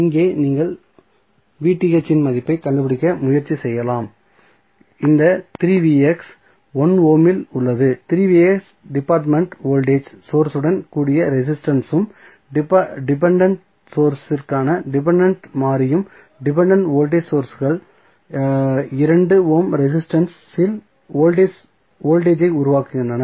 இங்கே நீங்கள் இன் மதிப்பைக் கண்டுபிடிக்க முயற்சி செய்யலாம் இந்த 1 ஓமில் உள்ளது டிபென்டென்ட் வோல்டேஜ் சோர்ஸ் உடன் கூடிய ரெசிஸ்டன்ஸ் உம் டிபென்டென்ட் சோர்ஸ் இற்கான டிபென்டென்ட் மாறியும் டிபென்டென்ட் வோல்டேஜ் சோர்ஸ்கள் 2 ஓம் ரெசிஸ்டன்ஸ் இல் வோல்டேஜ் ஐ உருவாக்குகின்றன